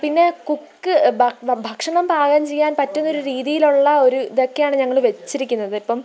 പിന്നെ കുക്ക് ബക് ഭക്ഷണം പാകം ചെയ്യാൻ പറ്റുന്ന ഒരു രീതിയിലുള്ള ഒരു ഇതൊക്കെയാണ് ഞങ്ങള് വച്ചിരിക്കുന്നത് ഇപ്പോള്